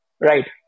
right